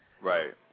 Right